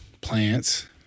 plants